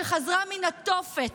שחזרה מן התופת,